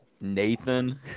Nathan